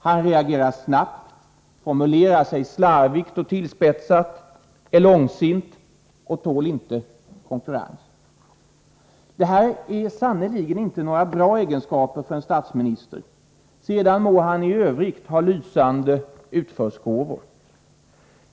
Han reagerar ofta snabbt och formulerar sig slarvigt och tillspetsat, är långsint och tål inte konkurrens. Detta är sannerligen inte några bra egenskaper för en statsminister, sedan må han i övrigt ha lysande utförsgåvor.